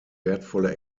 wertvolle